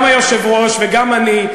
היושב-ראש וגם אני,